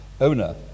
owner